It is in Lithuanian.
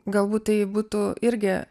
galbūt tai būtų irgi